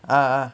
ah